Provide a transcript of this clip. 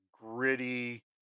gritty